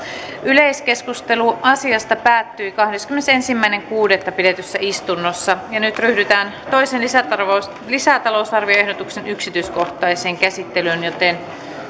yleiskeskustelu asiasta päättyi kahdeskymmenesensimmäinen kuudetta kaksituhattakuusitoista pidetyssä istunnossa nyt ryhdytään toisen lisätalousarvioehdotuksen yksityiskohtaiseen käsittelyyn